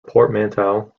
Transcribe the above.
portmanteau